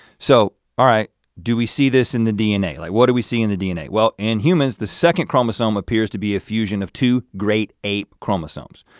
so all right, do we see this in the dna? like what do we see in the dna? well, in humans the second chromosome appears to be a fusion of two great ape chromosomes.